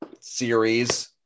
series